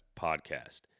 podcast